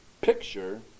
picture